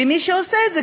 ומי שעושה את זה,